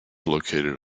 located